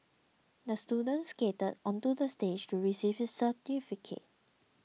the student skated onto the stage to receive his certificate